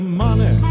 money